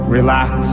Relax